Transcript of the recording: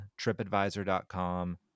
Tripadvisor.com